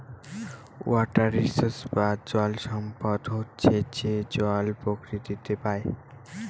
water resource বা জল সম্পদ হচ্ছে যে জল প্রকৃতিতে পাই